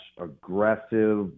aggressive